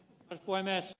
arvoisa puhemies